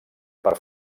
per